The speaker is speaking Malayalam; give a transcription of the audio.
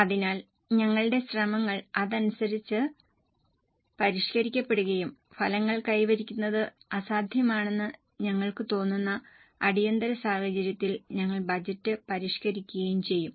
അതിനാൽ ഞങ്ങളുടെ ശ്രമങ്ങൾ അതിനനുസരിച്ച് പരിഷ്കരിക്കപ്പെടുകയും ഫലങ്ങൾ കൈവരിക്കുന്നത് അസാധ്യമാണെന്ന് ഞങ്ങൾക്ക് തോന്നുന്ന അടിയന്തിര സാഹചര്യത്തിൽ ഞങ്ങൾ ബജറ്റ് പരിഷ്കരിക്കുകയും ചെയ്യും